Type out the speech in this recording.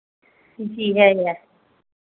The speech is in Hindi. जी है